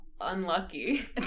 unlucky